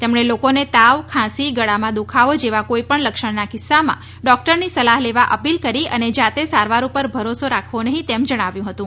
તેમણે લોકોને તાવ ખાંસી ગળામાં દુઃખાવો જેવા કોઇ પણ લક્ષણના કિસ્સામાં ડોક્ટરની સલાહ લેવા અપીલ કરી અને જાતે સારવાર પર ભરોસો રાખવો નહીં તેમ જણાવ્યું હતું